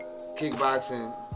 kickboxing